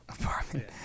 apartment